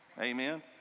Amen